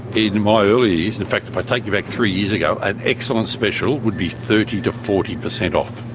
in my early years, in fact if i take you back three years ago, an excellent special would be thirty percent to forty percent off.